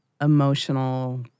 emotional